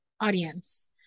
audience